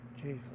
Jesus